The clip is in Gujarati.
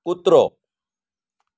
કૂતરો